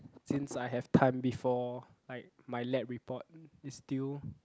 since I have time before like my lab report is still